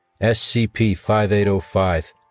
SCP-5805